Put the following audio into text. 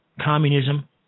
communism